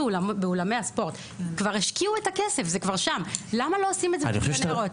בא מאמן שוערים ושואל: למה בשבילן 400-500